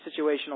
Situational